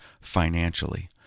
financially